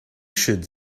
should